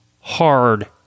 hard